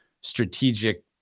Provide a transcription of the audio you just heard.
strategic